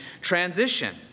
transition